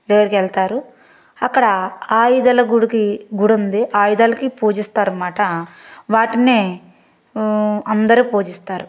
దగ్గరికెళ్తారు అక్కడ ఆయుధాల గుడికి గుడుంది ఆయుధాలకి పూజిస్తారనమాట వాటినే అందరూ పూజిస్తారు